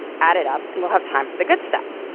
add it up, and we'll have time for the good stuff.